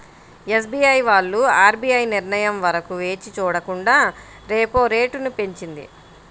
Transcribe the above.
SBI వాళ్ళు RBI నిర్ణయం వరకు వేచి చూడకుండా రెపో రేటును పెంచింది